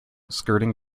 skirting